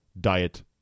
Diet